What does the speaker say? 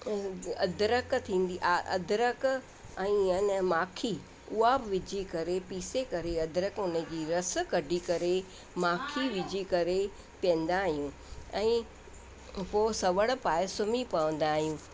अदरक थींदी आहे अदरक ऐं अने माखी उहा बि विझी करे पीसे करे अदरक उनजी रस कढी करे माखी विझी करे पीअंदा आहियूं ऐं पोइ सवण पाए सुम्ही पवंदा आहियूं